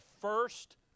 first